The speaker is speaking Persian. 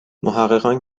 محققان